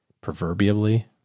Proverbially